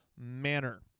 manner